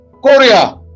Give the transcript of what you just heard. Korea